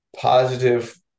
positive